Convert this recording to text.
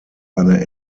eine